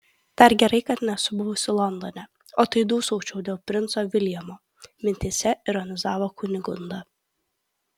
dar gerai kad nesu buvusi londone o tai dūsaučiau dėl princo viljamo mintyse ironizavo kunigunda